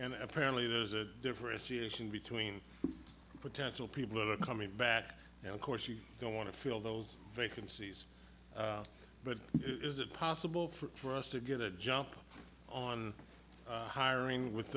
and apparently there's a differentiation between potential people that are coming back and of course you don't want to feel those vacancies but is it possible for us to get a jump on hiring with